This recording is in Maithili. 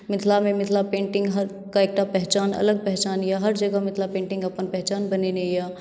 मिथिलामे मिथिला पेन्टिंग के एकटा अलग पहचान यऽ हर जगह मिथिला पेन्टिंग अपन पहचान बनेने यऽ